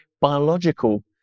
biological